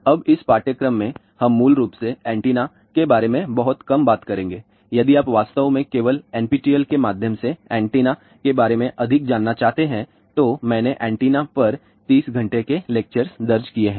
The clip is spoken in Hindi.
अब इस पाठ्यक्रम में हम मूल रूप से एंटेना के बारे में बहुत कम बात करेंगे यदि आप वास्तव में केवल एनपीटीईएल के माध्यम से एंटेनाके बारे में अधिक जानना चाहते हैं तो मैंने एंटीना पर 30 घंटे के लेक्चर्स दर्ज किए हैं